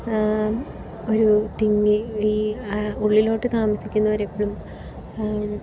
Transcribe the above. ഒരു തിങ്ങി ഈ ഉള്ളിലോട്ട് താമസിക്കുന്നവർ എപ്പോഴും